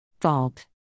fault